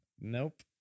Nope